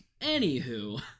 anywho